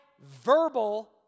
verbal